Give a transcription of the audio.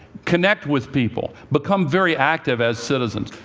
connect with people. become very active as citizens.